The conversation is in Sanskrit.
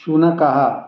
शुनकः